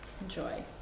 enjoy